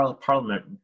parliament